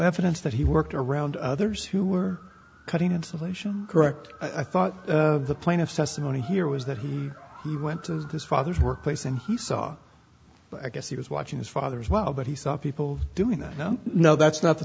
evidence that he worked around others who were cutting insulation correct i thought the plaintiff's testimony here was that he went to his father's workplace and he saw i guess he was watching his father's well that he saw people doing that now no that's not the